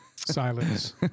Silence